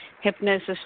hypnosis